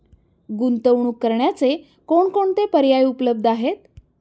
गुंतवणूक करण्याचे कोणकोणते पर्याय उपलब्ध आहेत?